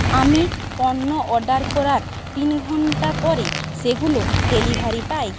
আমি পণ্য অর্ডার করার তিন ঘন্টা পরে সেগুলো ডেলিভারি পাই